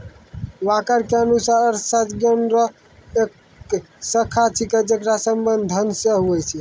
walker के अनुसार अर्थशास्त्र ज्ञान रो एक शाखा छिकै जेकर संबंध धन से हुवै छै